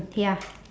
ya